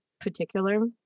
particular